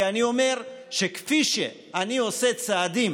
כי אני אומר שכפי שאני עושה צעדים